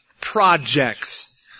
projects